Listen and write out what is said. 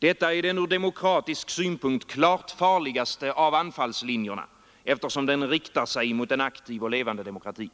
Detta är den från demokratisk synpunkt klart farligaste av anfallslinjerna, eftersom den riktar sig mot en aktiv och levande demokrati.